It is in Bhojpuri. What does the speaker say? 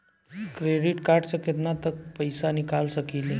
क्रेडिट कार्ड से केतना तक पइसा निकाल सकिले?